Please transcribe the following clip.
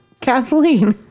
Kathleen